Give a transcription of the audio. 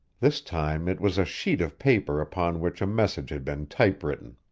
this time it was a sheet of paper upon which a message had been typewritten.